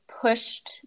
pushed